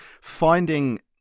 finding